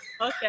Okay